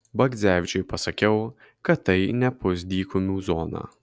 bagdzevičiui pasakiau kad tai ne pusdykumių zona